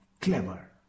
clever